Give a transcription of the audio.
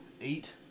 eight